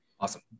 Awesome